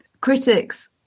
Critics